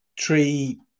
three